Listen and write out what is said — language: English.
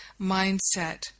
mindset